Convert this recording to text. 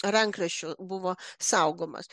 rankraščių buvo saugomas